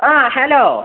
ആ ഹലോ